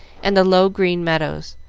and the low green meadows,